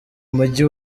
mujyi